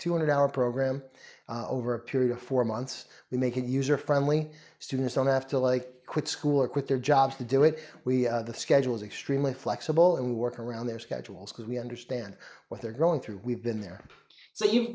two hundred hour program over a period of four months to make it user friendly students don't have to like quit school or quit their job to do it we schedule is extremely flexible and work around their schedules because we understand what they're going through we've been there so you've